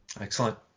Excellent